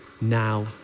now